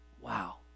Wow